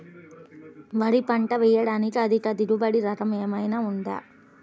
వరి పంట వేయటానికి అధిక దిగుబడి రకం ఏమయినా ఉందా?